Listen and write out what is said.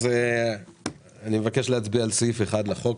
אז אני מבקש להצביע על סעיף 1 לחוק,